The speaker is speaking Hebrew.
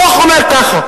הדוח אומר ככה.